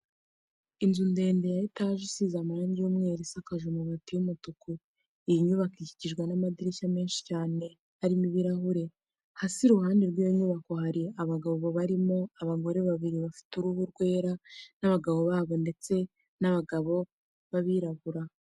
Inzu ndende ya etaje isize amarangi y'umweru isakaje amabati y'umutuku. Iyi nyubako ikikijwe n'amadirishya menshi cyane arimo ibirahure. Hasi iruhande rw'iyo nyubako hari abagabo barimo abagore babiri bafite uruhu rwera n'abagabo babo ndetse n'abagabo b'abirabura.